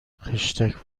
خشتک